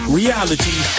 reality